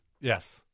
Yes